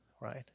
Right